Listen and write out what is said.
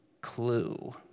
clue